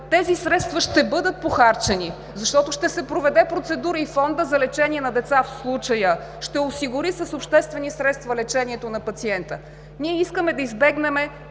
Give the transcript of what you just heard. тези средства ще бъдат похарчени, защото ще се проведе процедура и Фондът за лечение на деца в случая ще осигури с обществени средства лечението на пациента. Ние искаме да избегнем